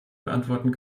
beantworten